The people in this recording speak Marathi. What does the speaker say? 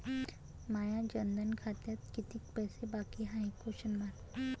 माया जनधन खात्यात कितीक पैसे बाकी हाय?